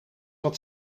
wat